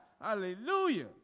Hallelujah